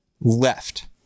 left